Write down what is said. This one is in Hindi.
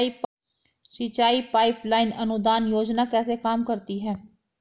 सिंचाई पाइप लाइन अनुदान योजना कैसे काम करती है?